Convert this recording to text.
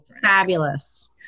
fabulous